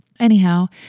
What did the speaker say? Anyhow